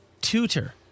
tutor